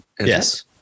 Yes